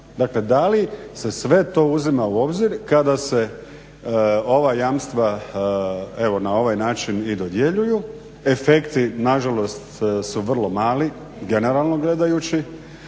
Dakle, da li se sve to uzima u obzir kada se ova jamstva evo na ovaj način i dodjeljuju, efekti nažalost su vrlo mali, generalno gledajući.